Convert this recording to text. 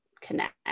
connect